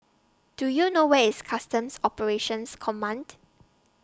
Do YOU know Where IS Customs Operations Command